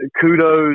kudos